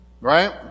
right